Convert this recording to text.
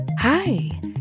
Hi